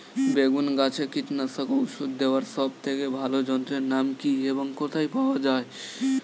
বেগুন গাছে কীটনাশক ওষুধ দেওয়ার সব থেকে ভালো যন্ত্রের নাম কি এবং কোথায় পাওয়া যায়?